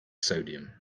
sodium